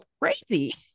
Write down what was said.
crazy